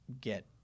get